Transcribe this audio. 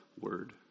word